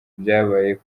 byabaye